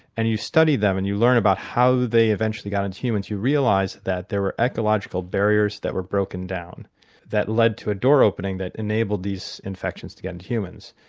and you study them and you learn about how they eventually got into humans, you realise that there were ecological barriers that were broken down that led to a door opening that enabled these infections to get into humans.